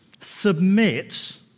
submit